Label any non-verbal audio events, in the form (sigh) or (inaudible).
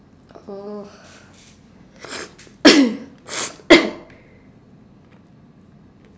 oh (coughs)